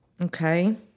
Okay